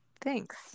Thanks